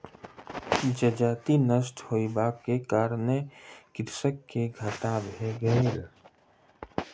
जजति नष्ट होयबाक कारणेँ कृषक के घाटा भ गेलै